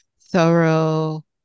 thorough